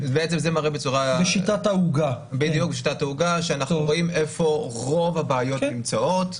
מראה בשיטת העוגה איפה רוב הבעיות נמצאות.